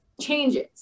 changes